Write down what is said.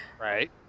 right